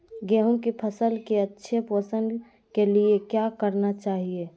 गेंहू की फसल के अच्छे पोषण के लिए क्या करना चाहिए?